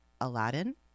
Aladdin